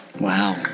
Wow